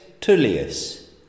Tullius